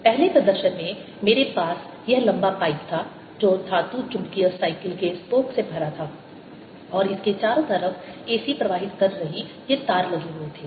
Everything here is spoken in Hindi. पहले प्रदर्शन में मेरे पास यह लंबा पाइप था जो धातु चुंबकीय साइकिल के स्पोक से भरा था और इसके चारों तरफ AC प्रवाहित कर रही ये तार लगे हुए थे